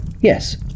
Yes